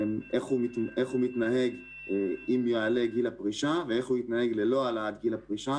איך הוא מתנהג אם יעלה גיל הפרישה ואיך הוא יתנהג ללא העלאת גיל הפרישה,